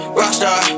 rockstar